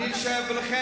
לכן,